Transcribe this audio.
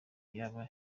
y’aba